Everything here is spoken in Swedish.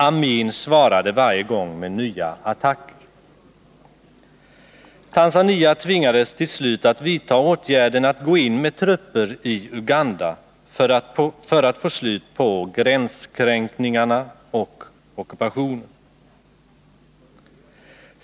Amin svarade varje gång med nya attacker. Tanzania tvingades till slut att vidta åtgärden att gå in med trupper i Uganda för att få slut på gränskränkningarna och ockupationen.